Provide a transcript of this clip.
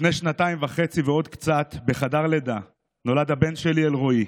לפני שנתיים וחצי ועוד קצת בחדר הלידה נולד הבן שלי אלרואי.